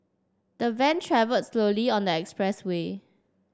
the van travelled slowly on the expressway